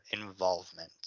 involvement